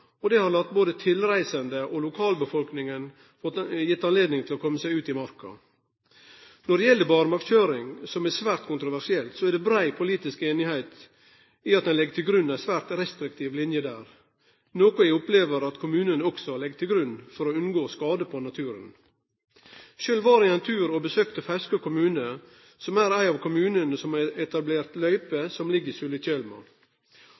Det har gjort at både tilreisande og lokalbefolkninga har hatt høve til å komme seg ut i marka. Når det gjeld barmarkskjøring, som er svært kontroversielt, er det brei politisk semje om at ein legg til grunn ei svært restriktiv linje der, noko eg opplever at kommunane også legg til grunn for å unngå skade på naturen. Sjølv var eg ein tur og besøkte Fauske kommune, som er ein av kommunane som har etablert